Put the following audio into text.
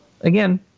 again –